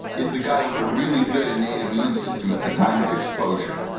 is the guy with the really good innate immune system at the time of exposure